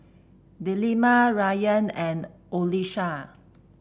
Delima Rayyan and Qalisha